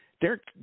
Derek